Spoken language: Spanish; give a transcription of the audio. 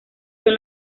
son